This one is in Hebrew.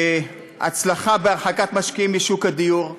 הצלחה בהרחקת משקיעים משוק הדיור.